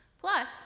Plus